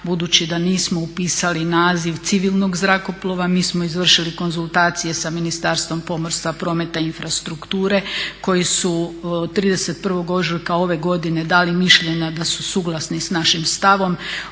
budući da nismo upisali naziv civilnog zrakoplova, mi smo izvršili konzultacije sa Ministarstvom pomorstva, prometa i infrastrukture koji su 31. ožujka ove godine dali mišljenja da su suglasni sa našim stavom